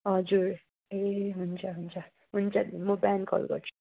हजुर ए हुन्छ हुन्छ हुन्छ म बिहान कल गर्छु